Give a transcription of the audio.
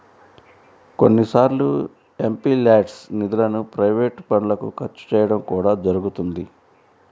కొన్నిసార్లు ఎంపీల్యాడ్స్ నిధులను ప్రైవేట్ పనులకు ఖర్చు చేయడం కూడా జరుగుతున్నది